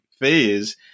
phase